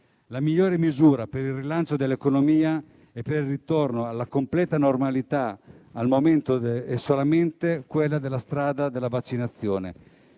La migliore misura per il rilancio dell'economia e per il ritorno alla completa normalità al momento è solamente la strada della vaccinazione,